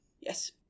yes